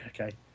Okay